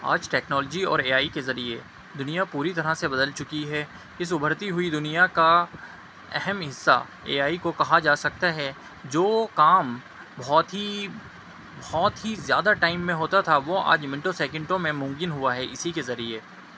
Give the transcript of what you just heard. آج ٹیکنالوجی اور A I کے ذریعہ دنیا پوری طرح سے بدل چکی ہے اس ابھرتی ہوئی دنیا کا اہم حصہ اے آئی کو کہا جا سکتا ہے جو کام بہت ہی بہت ہی زیادہ ٹائم میں ہوتا تھا وہ آج منٹوں سیکنٹوں میں ممکن ہوا ہے اسی کے ذریعے